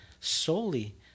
solely